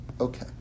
Okay